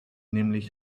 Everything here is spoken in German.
nämlich